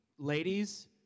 Ladies